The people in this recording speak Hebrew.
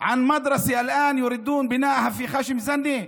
בית ספר שעכשיו רוצים לבנות בח'שם זנה.